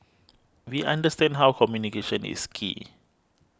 we understand how communication is key